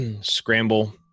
scramble